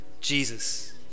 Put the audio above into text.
Jesus